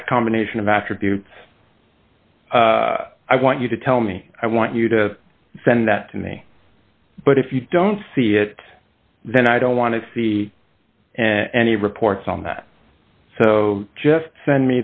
that combination of after do i want you to tell me i want you to send that to me but if you don't see it then i don't want to see any reports on that so just send